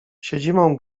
siedzibą